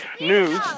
news